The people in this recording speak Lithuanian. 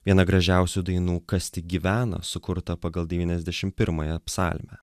viena gražiausių dainų kasti givena sukurta pagal devyniasdešim pirmąją psalmę